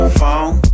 phone